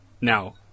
Now